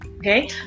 okay